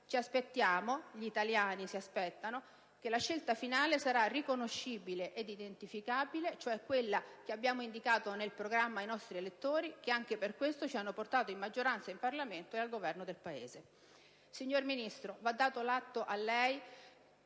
ci aspettiamo (gli italiani si aspettano) che la scelta finale sarà riconoscibile ed identificabile, cioè quella che abbiamo indicato nel programma ai nostri elettori che anche per questo ci hanno portato in maggioranza in Parlamento e al Governo del Paese. Signor Ministro, va dato atto che lei